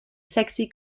sexy